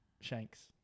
shanks